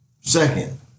second